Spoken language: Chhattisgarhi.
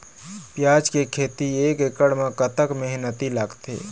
प्याज के खेती एक एकड़ म कतक मेहनती लागथे?